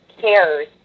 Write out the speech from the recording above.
cares